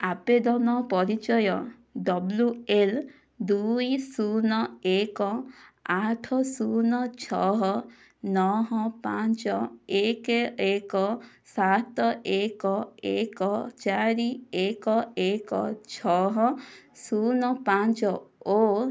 ଆବେଦନ ପରିଚୟ W L ଦୁଇ ଶୂନ ଏକ ଆଠ ଶୂନ ଛଅ ନଅ ପାଞ୍ଚ ଏକ ଏକ ସାତ ଏକ ଏକ ଚାରି ଏକ ଏକ ଛଅ ଶୂନ ପାଞ୍ଚ ଓ